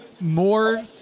More